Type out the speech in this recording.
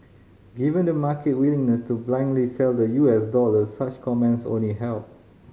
given the market willingness to blindly sell the U S dollar such comments only help